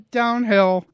downhill